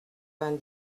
vingt